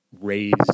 raised